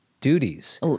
duties